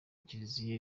kiriziya